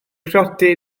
priodi